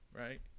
right